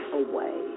away